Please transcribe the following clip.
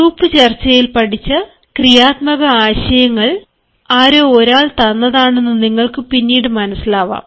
group ചർച്ചയിൽ പഠിച്ച ക്രിയാത്മകമായ ആശയങ്ങൾ ആരോ ഒരാൾ തന്നതാണെന്നു നിങ്ങൾക്ക് പിന്നീട് മനസ്സിലാവാം